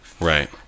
Right